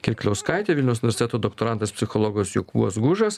kirkliauskaitė vilniaus universiteto doktorantas psichologas jokūbas gužas